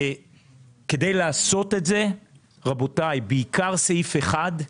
כדי לעשות את זה, רבותיי, בעיקר סעיף אחד,